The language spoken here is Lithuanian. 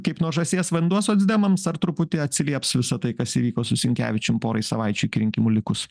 kaip nuo žąsies vanduo socdemams ar truputį atsilieps visa tai kas įvyko su sinkevičium porai savaičių iki rinkimų likus